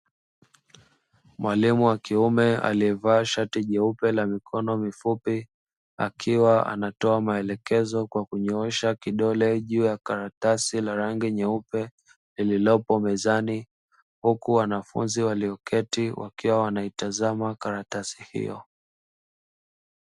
Mwalimu wa kiume aliyevaa shati jeupe la mikono mifupi., akiwa anatoa maelekezo kwa kunyoosha kidole juu ya karatasi la rangi nyeupe lililopo juu ya mezani, huku wanafunzi wakiwa wanaitazama karatasi hiyo.